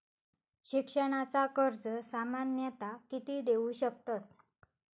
शिक्षणाचा कर्ज सामन्यता किती देऊ शकतत?